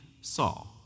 Saul